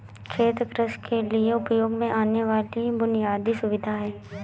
खेत कृषि के लिए उपयोग में आने वाली बुनयादी सुविधा है